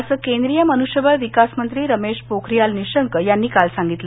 असं केंद्रीय मनुष्यबळ विकास मंत्री रमेश पोखरियाल निशंक यांनी काल सांगितलं